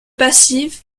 passif